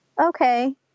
okay